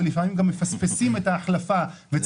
ולפעמים גם אנשים מפספסים את ההחלפה והם